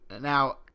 Now